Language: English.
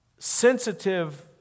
sensitive